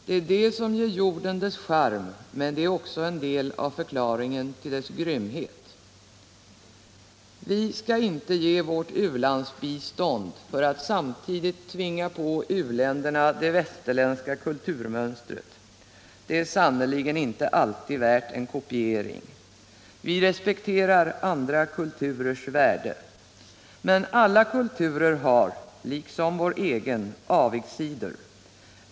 Det är det som ger jorden dess charm, men det är också en del av förklaringen till dess grymhet. Vi skall inte ge vårt u-landsbistånd i avsikt att samtidigt tvinga på u-länderna det västerländska kulturmönstret. Det är sannerligen inte alltid värt en kopiering. Vi skall respektera andra kulturers värde. Men alla kulturer har — liksom vår egen — avigsidor.